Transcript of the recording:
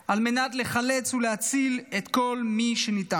על מנת לחלץ ולהציל את כל מי שניתן.